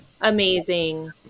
amazing